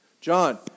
John